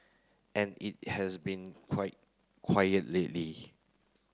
and it has been quite quiet lately